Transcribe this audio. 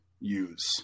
use